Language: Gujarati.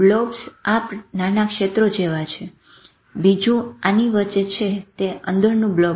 બ્લોબ્સ આ નાના ક્ષેત્રો જેવા છે બીજું આની વચ્ચે છે તે અંદરનું બ્લોબ છે